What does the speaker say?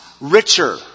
richer